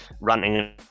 ranting